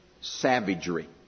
savagery